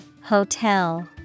Hotel